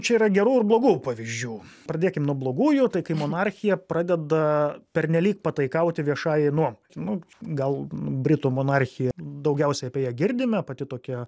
čia yra gerų ir blogų pavyzdžių pradėkim nuo blogųjų tai kai monarchija pradeda pernelyg pataikauti viešajai nuomonei nu gal britų monarchija daugiausiai apie ją girdime pati tokia